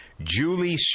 Julie